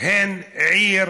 הם עיר